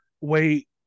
wait